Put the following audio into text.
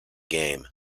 game